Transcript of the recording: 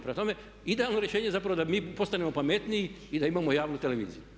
Prema tome idealno rješenje je zapravo da mi postanemo pametniji i da imamo javnu televiziju.